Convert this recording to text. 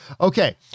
Okay